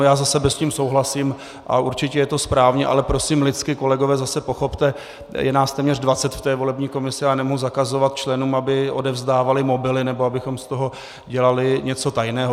Já za sebe s tím souhlasím a určitě je to správně, ale prosím lidsky, kolegové, zase pochopte, je nás téměř 20 v té volební komisi a já nemohu zakazovat členům, aby odevzdávali mobily nebo abychom z toho dělali něco tajného.